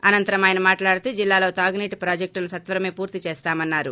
అనంతరం ఆయన మాట్లాడుతూ జిల్లాలో తాగునీటి ప్రాజెక్ట్ లను సత్వరమే పూర్తి చేస్తామన్నారు